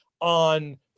on